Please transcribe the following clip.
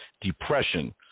depression